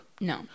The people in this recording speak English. No